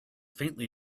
faintly